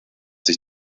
sich